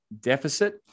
deficit